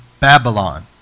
Babylon